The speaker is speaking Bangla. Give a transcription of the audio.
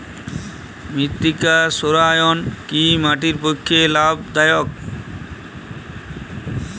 মৃত্তিকা সৌরায়ন কি মাটির পক্ষে লাভদায়ক?